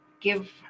give